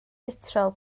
betrol